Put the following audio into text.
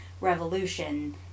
revolution